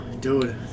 dude